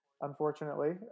unfortunately